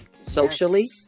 socially